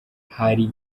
hari